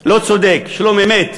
לא צודק, שלום אמת,